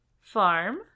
farm